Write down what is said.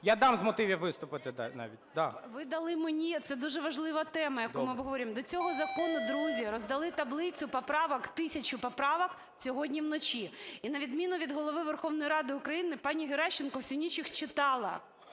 Я дам з мотивів виступити навіть. ГЕРАЩЕНКО І.В. Ви дали мені… Це дуже важлива тема, яку ми обговорюємо. До цього закону, друзі, роздали таблицю поправок, тисячу поправок, сьогодні вночі. І на відміну від Голови Верховної Ради України, пані Геращенко всю ніч їх читала,